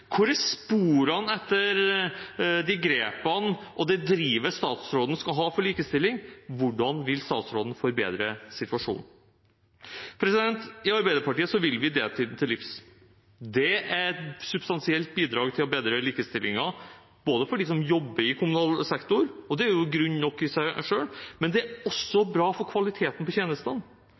Hvor er sporene etter de grepene og det drivet statsråden skal ha for likestilling? Hvordan vil statsråden forbedre situasjonen? I Arbeiderpartiet vil vi deltid til livs. Det er et substansielt bidrag til å bedre likestillingen, både for dem som jobber i kommunal sektor – og det er grunn nok i seg selv – og det er også bra for kvaliteten på tjenestene.